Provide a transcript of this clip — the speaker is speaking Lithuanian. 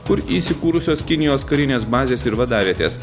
kur įsikūrusios kinijos karinės bazės ir vadavietės